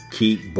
keep